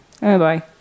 Bye-bye